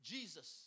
Jesus